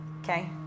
Okay